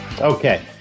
Okay